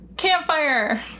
campfire